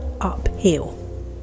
uphill